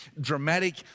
dramatic